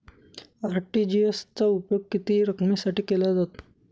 RTGS चा उपयोग किती रकमेसाठी केला जातो?